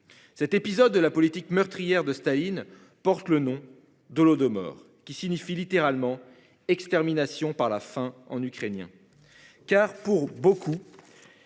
Cet épisode de la politique meurtrière de Staline porte le nom de l'eau de mort qui signifie littéralement extermination par la faim en ukrainien.